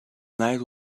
night